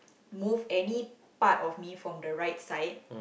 move any part of me from the right side